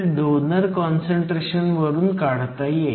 34 आहे तर सर्व इनर्जी इलेक्ट्रॉन व्होल्टमध्ये आहे